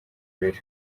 biro